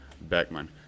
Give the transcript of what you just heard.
Beckman